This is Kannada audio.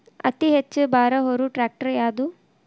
ಅತಿ ಹೆಚ್ಚ ಭಾರ ಹೊರು ಟ್ರ್ಯಾಕ್ಟರ್ ಯಾದು?